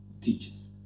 teachers